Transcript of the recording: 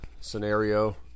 scenario